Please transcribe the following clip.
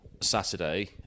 Saturday